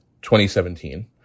2017